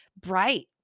bright